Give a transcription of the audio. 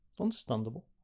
Understandable